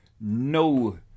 No